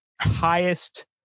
highest